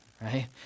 Right